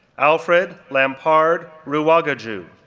alfred lampard rwagaju,